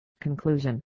Conclusion